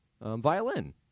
violin